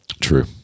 True